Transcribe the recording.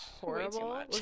horrible